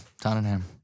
Tottenham